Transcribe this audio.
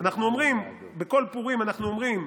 בכל פורים אנחנו אומרים: